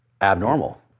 abnormal